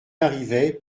arrivait